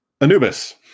anubis